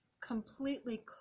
completely